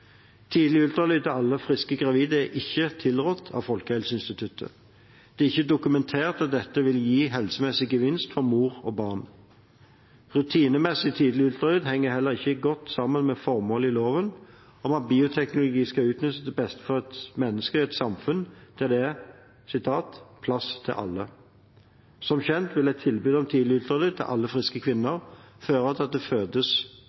Tidlig ultralyd til alle friske gravide er ikke tilrådd av Folkehelseinstituttet. Det er ikke dokumentert at dette vil gi helsemessig gevinst for mor og barn. Rutinemessig tidlig ultralyd henger heller ikke godt sammen med formålet i loven om at bioteknologi skal utnyttes til beste for mennesker i et samfunn der det er «plass til alle». Som kjent vil et tilbud om tidlig ultralyd til alle friske kvinner føre til at det fødes